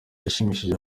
yashimishije